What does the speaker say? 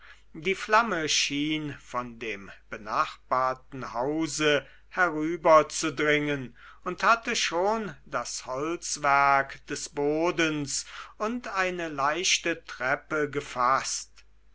die flamme schien von dem benachbarten hause herüberzudringen und hatte schon das holzwerk des bodens und eine leichte treppe gefaßt